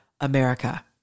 America